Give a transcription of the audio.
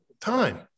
time